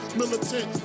militant